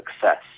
success